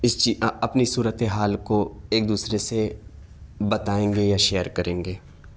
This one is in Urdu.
اس چی اپنی صورتحال کو ایک دوسرے سے بتائیں گے یا شیئر کریں گے